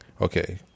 Okay